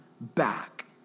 back